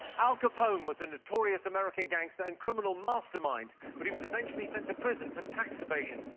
al capone was a notorious american gangster and criminal mastermind, but he was eventually sent to prison for tax evasion.